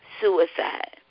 suicide